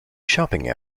shopping